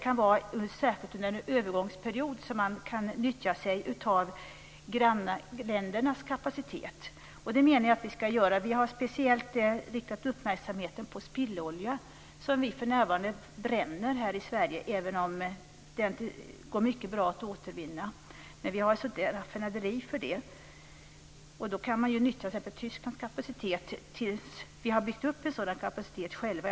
Man kan under en övergångsperiod nyttja sig av grannländernas kapacitet. Det menar jag att vi skall göra. Vi har speciellt riktat uppmärksamheten på spillolja som vi för närvarande bränner här i Sverige, även om den går mycket bra att återvinna. Men vi har inte raffinaderier för det. Då kan man nyttja sig av Tysklands kapacitet tills vi har byggt upp en sådan kapacitet själva.